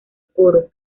coro